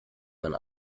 man